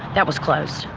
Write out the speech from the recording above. that was closed.